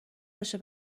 باشه